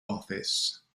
office